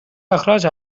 اخراج